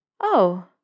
Oh